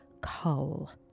cull